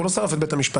הוא לא שרף את בית המשפט.